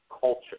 culture